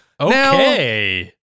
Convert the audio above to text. Okay